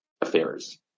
affairs